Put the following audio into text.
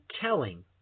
telling